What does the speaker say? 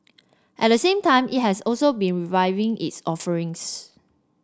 at the same time it has also been reviewing its offerings